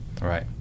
Right